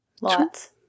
Lots